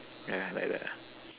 yeah like that